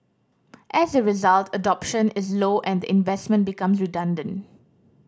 as a result adoption is low and the investment becomes redundant